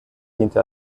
diente